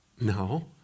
No